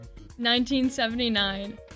1979